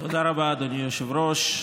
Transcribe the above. תודה רבה, אדוני היושב-ראש.